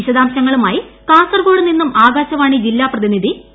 വിശദാംശങ്ങളുമായി കാസർകോഡ് നിന്നും ആകാശവാണി ജില്ല പ്രതിനിധി പി